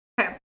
Okay